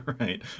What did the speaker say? Right